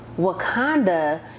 Wakanda